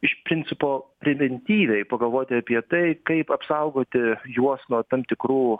iš principo preventyviai pagalvoti apie tai kaip apsaugoti juos nuo tam tikrų